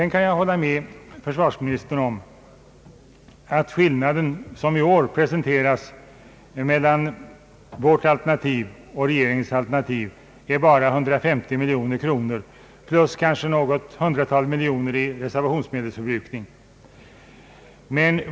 Jag kan hålla med försvarsministern om att den skillnad som i år presenteras mellan vårt alternativ och regeringens inte är så stor, bara 150 miljoner kronor, dock plus något hundratal miljoner i reservationsmedelsförbrukning.